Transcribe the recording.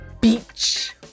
beach